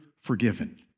forgiven